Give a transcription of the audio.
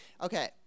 okay